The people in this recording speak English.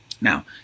Now